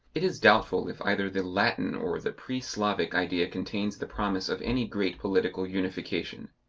it is doubtful if either the latin or the pan-slavic idea contains the promise of any great political unification.